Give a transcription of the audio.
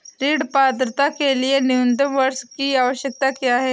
ऋण पात्रता के लिए न्यूनतम वर्ष की आवश्यकता क्या है?